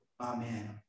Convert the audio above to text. Amen